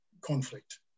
conflict